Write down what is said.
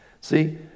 See